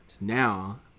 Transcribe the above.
Now